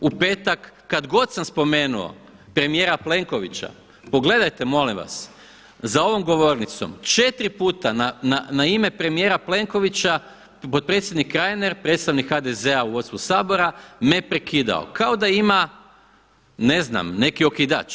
U petak kad god sam spomenuo premijera Plenkovića pogledajte molim vas za ovom govornicom četiri puta na ime premijera Plenkovića potpredsjednik Reiner, predstavnik HDZ-a u vodstvu Sabora me prekidao kao da ima ne znam neki okidač.